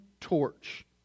torch